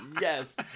Yes